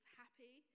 happy